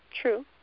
True